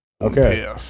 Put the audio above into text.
Okay